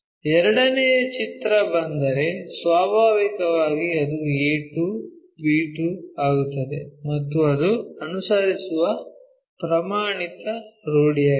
ಎರಡನೆಯ ಚಿತ್ರ ಬಂದರೆ ಸ್ವಾಭಾವಿಕವಾಗಿ ಅದು a2 b2 ಆಗುತ್ತದೆ ಮತ್ತು ಅದು ಅನುಸರಿಸುವ ಪ್ರಮಾಣಿತ ರೂಢಿಯಾಗಿದೆ